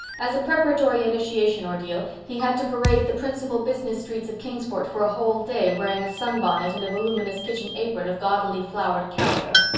as a preparatory initiation ordeal he had to parade the principal business streets of kingsport for a whole day wearing a sunbonnet and a voluminous kitchen apron of gaudily flowered calico.